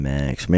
Max